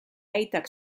aitak